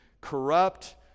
corrupt